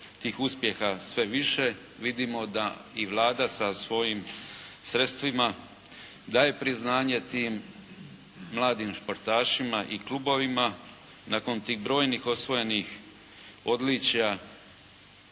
tih uspjeha sve više, vidimo da i Vlada sa svojim sredstvima daje priznanje tim mladim športašima i klubovima nakon tih brojnih osvojenih odličja